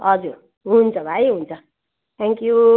हजुर हुन्छ भाइ हुन्छ थ्याङ्क यु